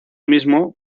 mismo